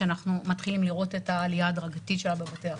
שאנחנו מתחילים לראות את העליה ההדרגתית שלה בבתי החולים.